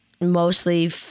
Mostly